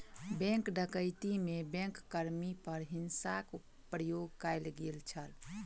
bank डकैती में bank कर्मी पर हिंसाक प्रयोग कयल गेल छल